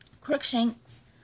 Crookshanks